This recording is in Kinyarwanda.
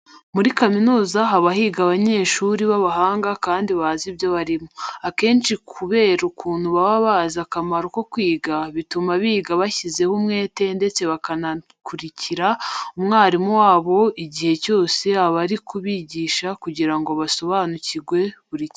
Muri kaminuza haba higa abanyeshuri b'abahanga kandi bazi ibyo barimo. Akenshi kubera ukuntu baba bazi akamaro ko kwiga, bituma biga bashyizeho umwete ndetse bakanakurikira umwarimu wabo igihe cyose aba ari kubigisha kugira ngo basobanukirwe buri kimwe.